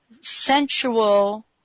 sensual